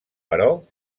però